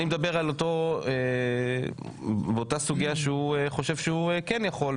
אני מדבר על אותה סוגיה שהוא חושב שהוא כן יכול,